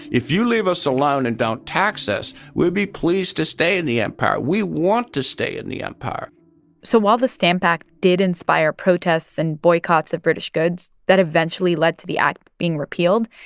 if you leave us alone and don't tax us, we'll be pleased to stay in the empire. we want to stay in the empire so while the stamp act did inspire protests and boycotts of british goods that eventually led to the act being repealed,